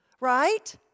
right